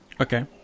Okay